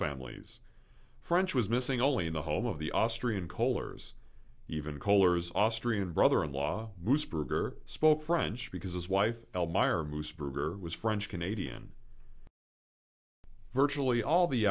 families french was missing only in the home of the austrian koehler's even koehler's austrian brother in law burger spoke french because as wife elmira whose burger was french canadian virtually all the